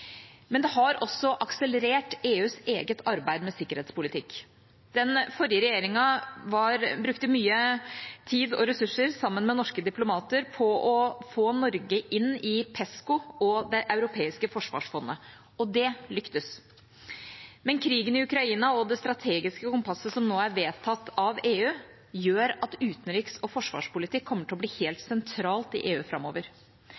men det har også akselerert EUs eget arbeid med sikkerhetspolitikk. Den forrige regjeringa brukte mye tid og ressurser, sammen med norske diplomater, på å få Norge inn i PESCO og Det europeiske forsvarsfondet, og det lyktes. Men krigen i Ukraina og det strategiske kompasset som nå er vedtatt av EU, gjør at utenriks- og forsvarspolitikk kommer til å bli helt sentralt i EU framover.